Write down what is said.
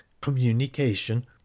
communication